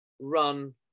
run